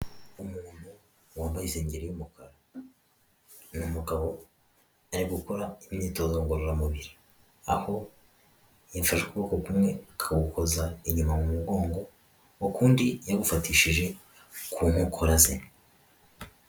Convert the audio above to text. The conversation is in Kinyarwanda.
Umuntu wambaye insengeri y'umukara ni umugabo ari gukora imyitozo ngororamubiri, aho yafashe ukuboko kumwe akagukoza inyuma mu mugongo, undi yagufatishije ku nkokora ze.